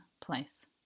place